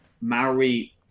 Maori